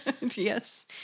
Yes